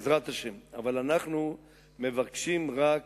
בעזרת השם, אבל אנחנו מבקשים רק